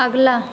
अगला